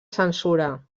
censura